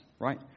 right